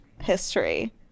history